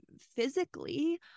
physically